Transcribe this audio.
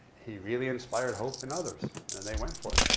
he really inspired hope in others and they went for it.